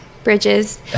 Bridges